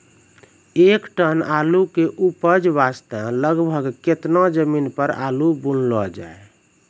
एक टन आलू के उपज वास्ते लगभग केतना जमीन पर आलू बुनलो जाय?